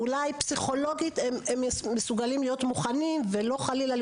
אולי פסיכולוגית הם מסוגלים להיות מוכנים ולא חלילה,